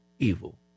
evil